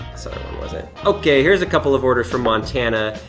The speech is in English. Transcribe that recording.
so wasn't. okay, here's a couple of orders from montana.